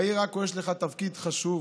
בעיר עכו יש לך תפקיד חשוב,